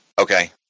okay